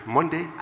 Monday